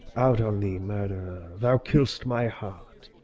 out on thee, murderer, thou kill'st my heart!